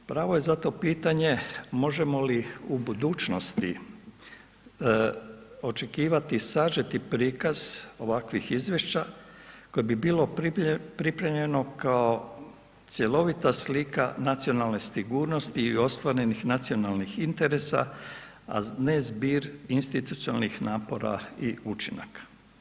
Pravo je zato pitanje možemo li u budućnosti očekivati sažeti prikaz ovakvih izvješća koje bi bilo pripremljeno kao cjelovita slika nacionalne sigurnosti i ostvarenih nacionalnih interesa a ne zbir institucionalnih napora i učinaka.